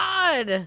God